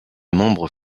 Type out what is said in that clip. membres